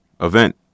event